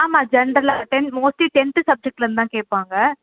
ஆமாம் ஜென்ரல்லாக ten mostly tenth சப்ஜெக்ட்லேருந்து தான் கேட்பாங்க